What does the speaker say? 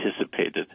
anticipated